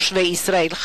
תושבי ישראל,